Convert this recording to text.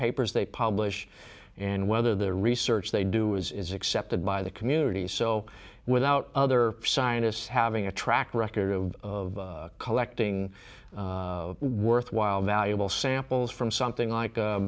papers they publish and whether the research they do is accepted by the community so without other scientists having a track record of collecting worthwhile valuable samples from something like